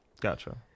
Gotcha